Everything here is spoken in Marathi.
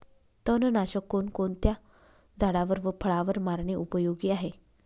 तणनाशक कोणकोणत्या झाडावर व फळावर मारणे उपयोगी आहे?